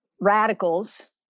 radicals